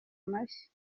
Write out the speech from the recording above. mashya